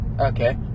Okay